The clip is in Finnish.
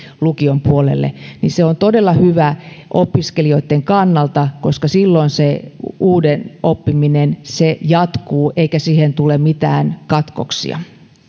lukion puolelle se on todella hyvä opiskelijoitten kannalta koska silloin se uuden oppiminen jatkuu eikä siihen tule mitään katkoksia